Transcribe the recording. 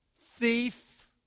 thief